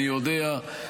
אני יודע.